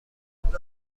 خوبه